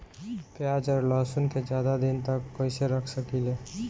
प्याज और लहसुन के ज्यादा दिन तक कइसे रख सकिले?